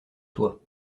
toi